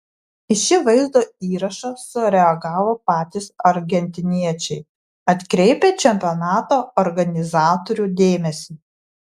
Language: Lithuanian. į šį vaizdo įrašą sureagavo patys argentiniečiai atkreipę čempionato organizatorių dėmesį